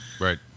right